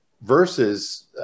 versus